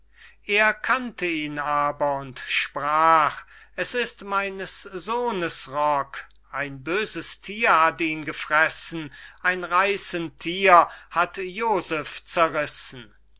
er kannte ihn aber und sprach es ist meines sohnes rock ein böses thier hat ihn gefressen ein reissend thier hat joseph zerrissen